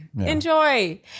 Enjoy